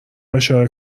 اشاره